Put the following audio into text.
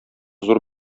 зур